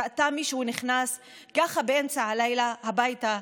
ראתה מישהו נכנס ככה באמצע הלילה הביתה,